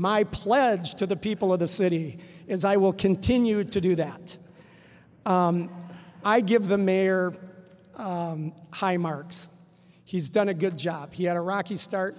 my pledge to the people of the city is i will continue to do that i give the mayor high marks he's done a good job he had a rocky start